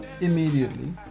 immediately